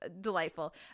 delightful